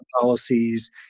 policies